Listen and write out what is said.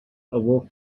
awoke